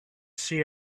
see